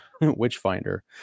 Witchfinder